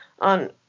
on